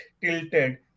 tilted